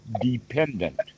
dependent